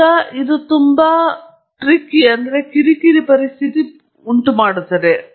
ಈಗ ಇದು ತುಂಬಾ ಟ್ರಿಕಿ ಪರಿಸ್ಥಿತಿ ಮಾಡುತ್ತದೆ